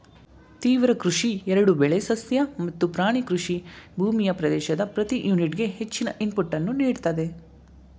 ತೀವ್ರ ಕೃಷಿ ಎರಡೂ ಬೆಳೆ ಸಸ್ಯ ಮತ್ತು ಪ್ರಾಣಿ ಕೃಷಿ ಭೂಮಿಯ ಪ್ರದೇಶದ ಪ್ರತಿ ಯೂನಿಟ್ಗೆ ಹೆಚ್ಚಿನ ಇನ್ಪುಟನ್ನು ನೀಡ್ತದೆ